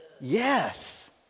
Yes